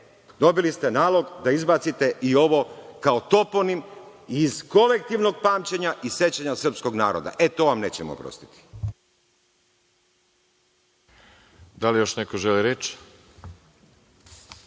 dobili ste nalog da izbacite i ovo kao toponim iz kolektivnog pamćenja i sećanja srpskog naroda. E, to vam nećemo oprostiti. **Veroljub